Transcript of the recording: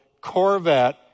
Corvette